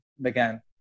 began